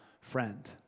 friend